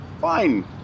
fine